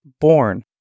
born